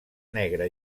negre